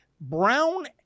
Brown